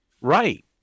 Right